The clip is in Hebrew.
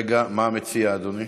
רגע, מה מציע אדוני?